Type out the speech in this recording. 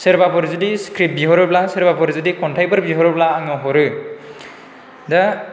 सोरबाफोर जुदि स्क्रिप्त बिह'रोब्ला सोरबाफोर जुदि खन्थाइफोर बिह'रोब्ला आङो हरो दा